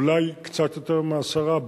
אולי קצת יותר מעשרה,